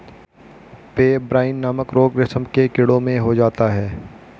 pebrine नामक रोग रेशम के कीड़ों में हो जाता है